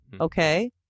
Okay